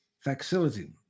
facility